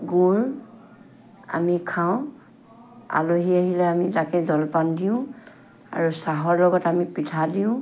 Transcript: গুৰ আমি খাওঁ আলহী আহিলে আমি তাকে জলপান দিওঁ আৰু চাহৰ লগত আমি পিঠা দিওঁ